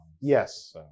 Yes